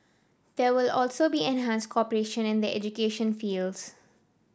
there will also be enhanced cooperation in the education fields